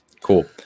Cool